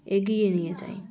এগিয়ে নিয়ে যায়